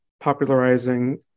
popularizing